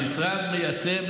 המשרד מיישם,